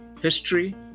history